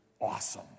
awesome